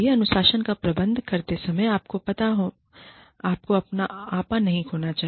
अनुशासन का प्रबंध करते समय आपको अपना आपा नहीं खोना चाहिए